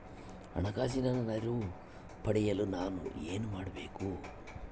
ಹಣಕಾಸಿನ ನೆರವು ಪಡೆಯಲು ನಾನು ಏನು ಮಾಡಬೇಕು?